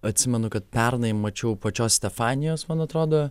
atsimenu kad pernai mačiau pačios stefanijos man atrodo